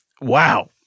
Wow